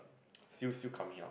still still coming up